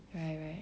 right right